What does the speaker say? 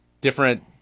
different